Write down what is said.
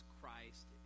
Christ